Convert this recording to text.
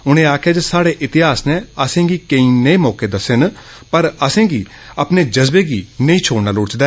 उन्हे आखेया जे साहड़े इतिहास नै असेंगी केंई नेय मौके दस्से न पर असेगी अपने जज्बे गी नेई छोड़ना लोढ़चदा